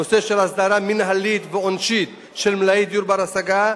נושא של הסדרה מינהלית ועונשית של מלאי דיור בר-השגה,